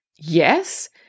Yes